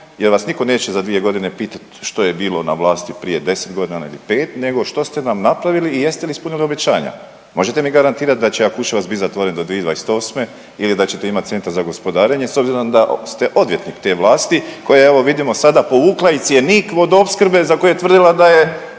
jer vas nitko neće za 2 godine pitati što je bilo na vlasti prije 10 godina ili 5 nego što ste nam napravili i jeste li ispunili obećanja. Možete mi garantirat da će Jakuševac biti zatvoren do 2028. ili da ćete imat centar za gospodarenje s obzirom da ste odvjetnik te vlasti koja je evo vidimo sada povukla i cjenik vodoopskrbe za koji je tvrdila da je